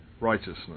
righteousness